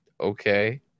okay